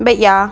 but ya